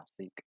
seek